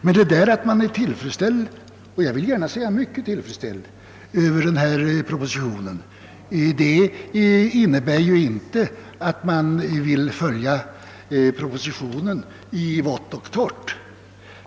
Men detta att hälsa propositionen med tillfredsställelse — jag vill gärna säga stor tillfredsställelse — innebär ju inte att man vill följa propositionen i vått och torrt.